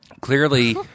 Clearly